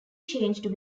changed